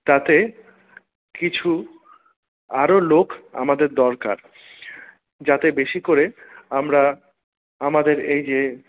তাতে কিছু আরো লোক আমাদের দরকার যাতে বেশি করে আমরা আমাদের এই যে